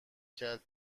کرد